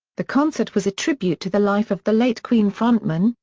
the concert was a tribute to the life of the late queen frontman,